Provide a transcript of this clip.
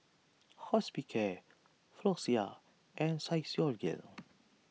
Hospicare Floxia and Physiogel